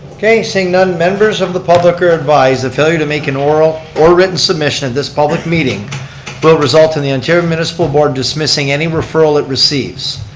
okay, seeing none. members of the public are advised failure to make an oral or written submission of this public meeting will result in the ontario municipal board dismissing any referral it receives.